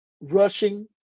rushing